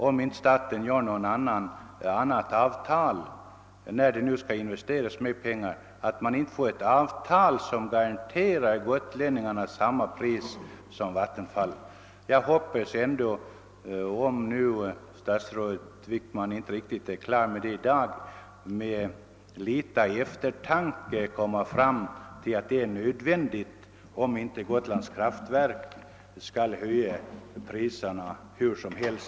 Skall staten verkligen investera bör den se till att gotlänningarna får ett avtal som garanterar samma priser som Vattenfalls. Om statsrådet Wickman i dag inte är helt införstådd med det, hoppas jag ändå att han efter litet eftertanke skall förstå att det är nödvändigt att sluta ett dylikt avtal om inte Gotlands kraftverk skall höja priserna hur som helst.